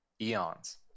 eons